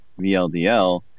VLDL